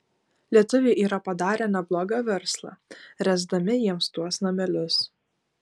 lietuviai yra padarę neblogą verslą ręsdami jiems tuos namelius